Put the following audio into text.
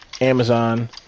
Amazon